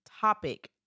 topic